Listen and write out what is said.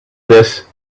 this